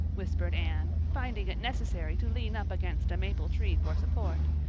whispered anne, finding it necessary to lean up against a maple tree for support,